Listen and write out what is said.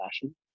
fashion